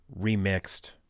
remixed